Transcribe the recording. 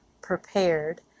prepared